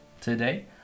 today